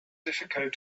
difficult